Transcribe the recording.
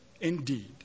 indeed